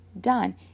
done